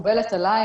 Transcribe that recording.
מקובלת עלי.